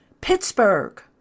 Pittsburgh